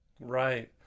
Right